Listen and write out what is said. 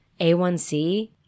A1C